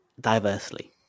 diversely